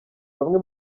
bamwe